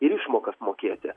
ir išmokas mokėti